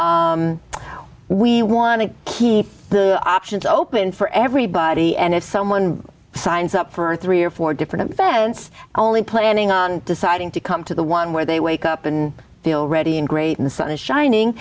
we want to keep the options open for everybody and if someone signs up for three or four different events only planning on deciding to come to the one where they wake up in the already in great in the sun is shining